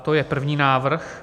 To je první návrh.